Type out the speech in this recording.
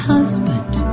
husband